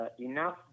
enough